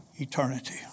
eternity